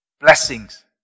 blessings